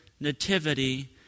Nativity